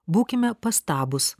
būkime pastabūs